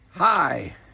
Hi